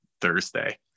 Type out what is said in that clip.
thursday